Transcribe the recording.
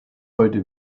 heute